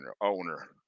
owner